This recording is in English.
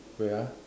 wait ah